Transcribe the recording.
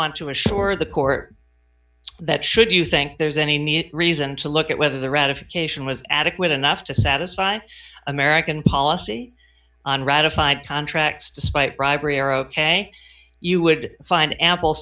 want to assure the court that should you think there's any neat reason to look at whether the ratification was adequate enough to satisfy american policy on ratified contracts despite bribery are ok you would find ample